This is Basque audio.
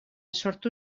sortu